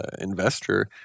investor